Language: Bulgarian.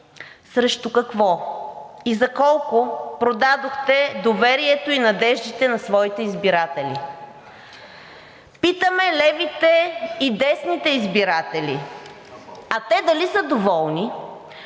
срещу какво и за колко продадохте доверието и надеждите на своите избиратели? Питаме левите и десните избиратели – а те дали са доволни?